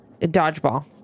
Dodgeball